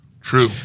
True